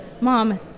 mom